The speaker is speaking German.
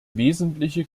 wesentliche